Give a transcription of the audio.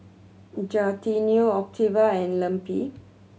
Gaetano Octavia and Lempi